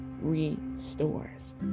restores